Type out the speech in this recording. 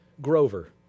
Grover